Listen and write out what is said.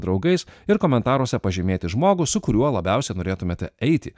draugais ir komentaruose pažymėti žmogų su kuriuo labiausia norėtumėte eiti